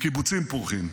לקיבוצים פורחים.